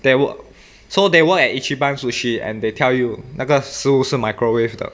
they were so they work at ichiban sushi and they tell you 那个是食物是 microwave 的